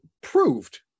proved